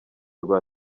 rwa